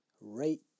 Rape